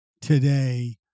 today